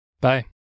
Bye